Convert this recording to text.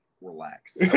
Relax